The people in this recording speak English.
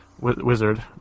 Wizard